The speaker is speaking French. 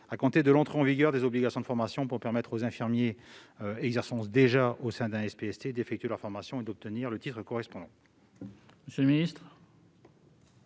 à compter de l'entrée en vigueur des obligations de formation pour permettre aux infirmiers exerçant déjà au sein d'un SPST d'effectuer leur formation et d'obtenir le titre correspondant.